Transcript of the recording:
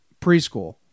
Preschool